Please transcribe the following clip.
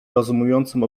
rozumującym